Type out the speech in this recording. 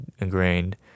ingrained